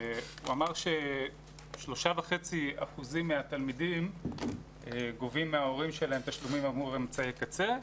הוא אמר שגובים מההורים של 3.5% מהתלמידים תשלומים עבור אמצעי קצה,